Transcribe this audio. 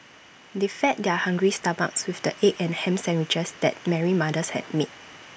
they fed their hungry stomachs with the egg and Ham Sandwiches that Mary's mother had made